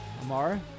Amara